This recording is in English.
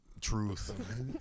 Truth